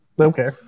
Okay